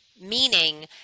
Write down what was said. meaning